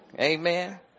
Amen